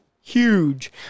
huge